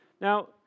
Now